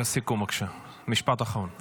לסיכום, בבקשה, משפט אחרון.